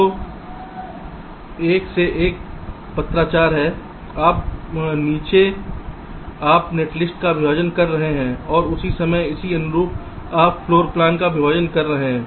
तो एक से एक पत्राचार है ऊपर नीचे आप नेटलिस्ट का विभाजन कर रहे हैं और उसी समय इसी अनुरूप आप फ्लोर प्लान का विभाजन भी कर रहे हैं